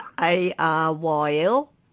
A-R-Y-L